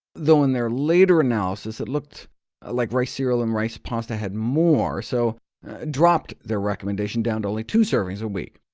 though in their later analysis it looked like rice cereal and rice pasta had more, so dropped their recommendation down to only two servings a week.